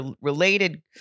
related